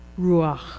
ruach